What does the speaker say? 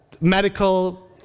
medical